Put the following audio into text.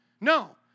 No